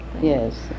yes